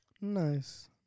Nice